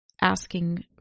asking